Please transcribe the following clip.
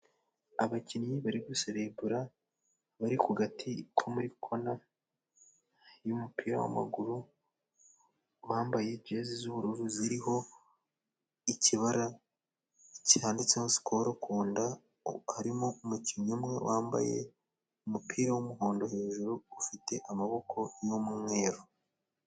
Abakinnyi bari guserebula, bari ku gati ko muri kona y'umupira w'amaguru. Bambaye jezi z'ubururu ziriho ikibara cyanditseho sikoro kunda, harimo umukinnyi umwe wambaye umupira w'umuhondo hejuru ufite amaboko y'umweru.